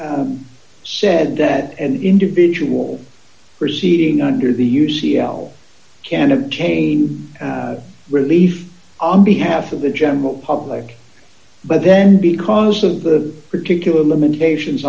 said that an individual proceeding under the u c l can obtain relief on behalf of the general public but then because of the particular limitations